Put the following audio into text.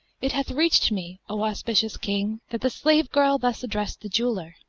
it hath reached me, o auspicious king, that the slave-girl thus addressed the jeweller,